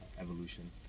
Evolution